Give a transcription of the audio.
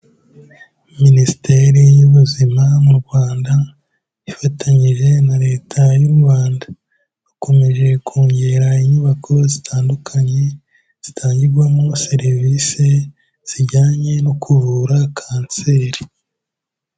Minisiteri y'Ubuzima mu Rwanda, ifatanyije na Leta y'u Rwanda. Bakomeje kongera inyubako zitandukanye zitangirwamo serivisi zijyanye no kuvura kanseri.